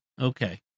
Okay